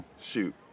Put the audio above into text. shoot